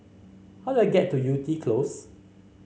how do I get to Yew Tee Close